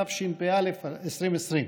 התשפ"א 2021,